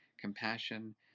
compassion